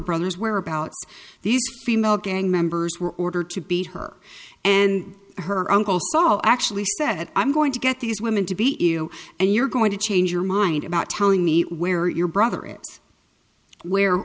brother's whereabouts these female gang members were ordered to beat her and her uncle saw actually said i'm going to get these women to be evil and you're going to change your mind about telling me where your brother is where